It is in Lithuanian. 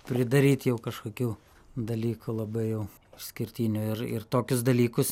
pridaryt jau kažkokių dalykų labai jau išskirtinių ir ir tokius dalykus